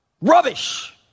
rubbish